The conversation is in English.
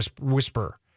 whisper